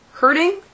hurting